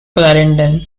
clarendon